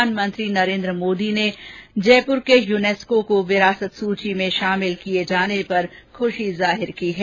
प्रधानमंत्री नरेंद्र मोदी ने जयपुर के यूनेस्को की विरासत सूची में शामिल किये जाने पर खुषी जाहिर की है